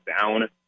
down